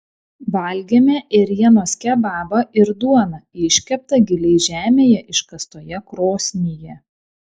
valgėme ėrienos kebabą ir duoną iškeptą giliai žemėje iškastoje krosnyje